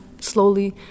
slowly